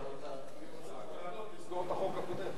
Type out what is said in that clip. אני רוצה לעלות, לסגור את החוק הקודם.